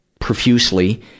profusely